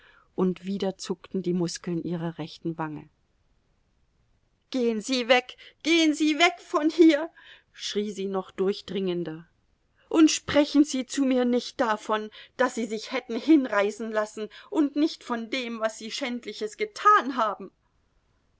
und wieder zuckten die muskeln ihrer rechten wange gehen sie weg gehen sie weg von hier schrie sie noch durchdringender und sprechen sie zu mir nicht davon daß sie sich hätten hinreißen lassen und nicht von dem was sie schändliches getan haben